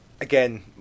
again